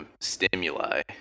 stimuli